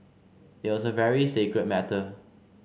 it was a very sacred matter